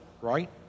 right